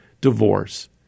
divorce